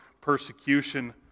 persecution